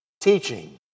teaching